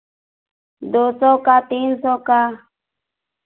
दो सौ का तीन सौ का